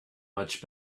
much